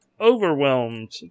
overwhelmed